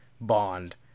Bond